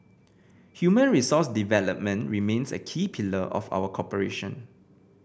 human resource development remains a key pillar of our cooperation